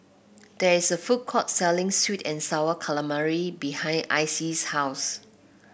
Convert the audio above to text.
there is a food court selling sweet and sour calamari behind Icey's house